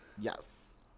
yes